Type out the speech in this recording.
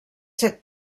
set